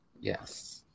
Yes